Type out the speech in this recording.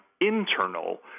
Internal